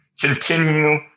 continue